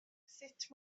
sut